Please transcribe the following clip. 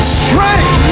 strength